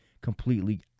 completely